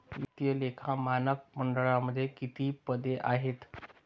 वित्तीय लेखा मानक मंडळामध्ये किती पदे आहेत?